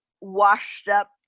washed-up